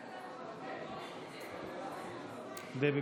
בעד דבי